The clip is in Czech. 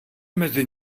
mezi